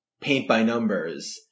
paint-by-numbers